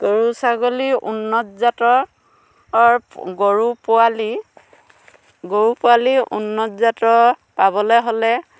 গৰু ছাগলী উন্নত জাতৰ গৰু পোৱালি গৰু পোৱালি উন্নত জাতৰ পাবলে হ'লে